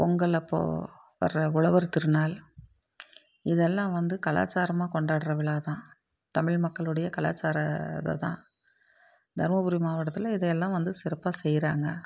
பொங்கல் அப்போ வர உழவர் திருநாள் இதெல்லாம் வந்து கலாச்சாரமா கொண்டாடுற விழா தான் தமிழ் மக்களுடைய கலாசார அது தான் தருமபுரி மாவட்டத்தில் இதெல்லாம் வந்து சிறப்பாக செய்யறாங்க